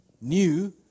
new